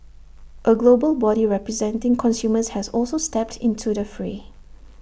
A global body representing consumers has also stepped into the fray